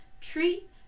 treat